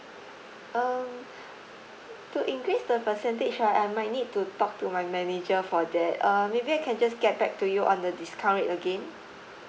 um to increase the percentage right I might need to talk to my manager for that err maybe I can just get back to you on the discount rate again